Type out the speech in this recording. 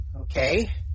okay